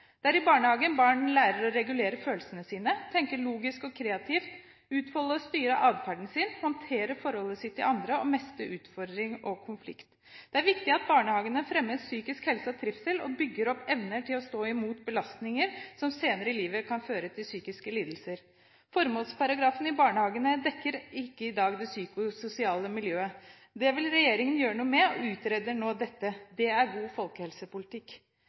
der, og fordi det miljømessige grunnlaget for god psykisk helse gjerne legges i de tidlige barneårene, har barnehagene fått en betydning for folkehelsen som ingen i utgangspunktet hadde regnet med. Det er i barnehagen barn lærer å regulere følelsene sine, tenke logisk og kreativt, utfolde og styre atferden sin, håndtere forholdet sitt til andre og mestre utfordring og konflikt. Det er viktig at barnehagene fremmer psykisk helse og trivsel og bygger opp evnen til å stå imot belastninger som senere i livet kan føre til psykiske lidelser. Formålsparagrafen i